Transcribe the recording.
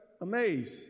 amazed